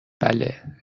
بله